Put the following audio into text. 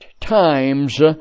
times